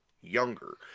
younger